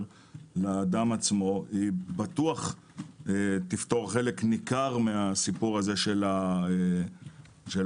לאדם עצמו בטוח תפתור חלק ניכר מהסיפור של הבריחה.